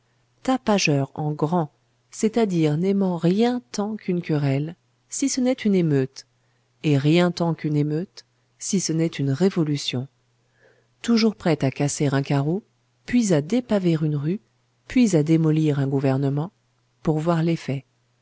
tapageur en grand c'est-à-dire n'aimant rien tant qu'une querelle si ce n'est une émeute et rien tant qu'une émeute si ce n'est une révolution toujours prêt à casser un carreau puis à dépaver une rue puis à démolir un gouvernement pour voir